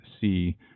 see